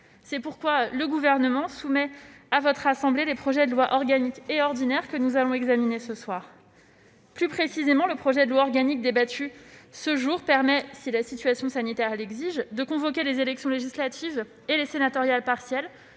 C'est pourquoi le Gouvernement soumet à votre assemblée les projets de loi organique et ordinaire que nous allons examiner ce soir. Plus précisément, le projet de loi organique tend à permettre, si la situation sanitaire l'exige, une convocation des élections législatives et sénatoriales partielles